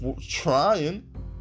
trying